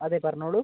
അതെ പറഞ്ഞോളൂ